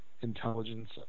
intelligence